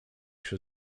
się